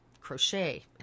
crochet